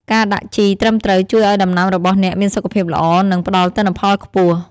ការដាក់ជីត្រឹមត្រូវជួយឲ្យដំណាំរបស់អ្នកមានសុខភាពល្អ និងផ្តល់ទិន្នផលខ្ពស់។